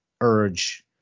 urge